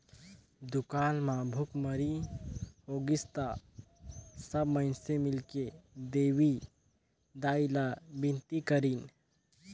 दुकाल म भुखमरी होगिस त सब माइनसे मिलके देवी दाई ला बिनती करिन